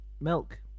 milk